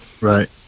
Right